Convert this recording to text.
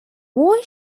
why